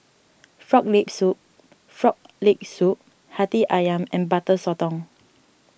Frog Leg Soup Frog Leg Soup Hati Ayam and Butter Sotong